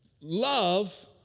love